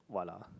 what lah